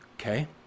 okay